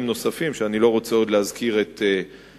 נוספים שאני עוד לא רוצה להזכיר את שמם,